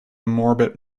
morbid